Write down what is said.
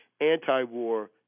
anti-war